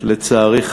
לצערי,